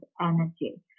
energy